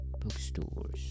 bookstores